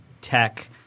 tech